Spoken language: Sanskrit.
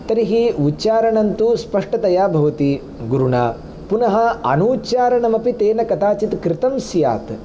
तर्हि उच्चारणन्तु स्पष्टतया भवति गुरुणा पुनः अनूच्चारणम् अपि तेन कदाचित् कृतं स्यात्